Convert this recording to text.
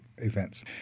events